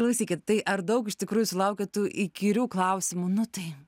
klausykit tai ar daug iš tikrųjų sulaukiat tų įkyrių klausimų nu tai